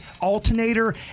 alternator